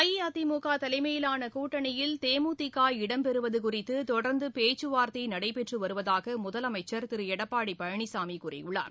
அஇஅதிமுக தலைமையிலான கூட்டணியில் தேமுதிக இடம்பெறுவது குறித்து தொடர்ந்து பேச்சுவார்த்தை நடைபெற்று வருவதாக முதலமைச்சர் திரு எடப்பாடி பழனிசாமி கூறியுள்ளார்